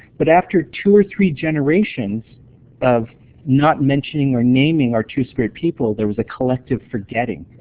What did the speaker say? but after two or three generations of not mentioning or naming our two-spirit people, there was a collective forgetting.